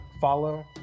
follow